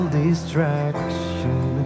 distraction